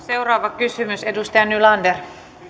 seuraava kysymys edustaja nylander